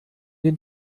den